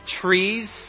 trees